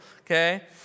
okay